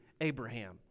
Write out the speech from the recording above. Abraham